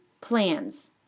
plans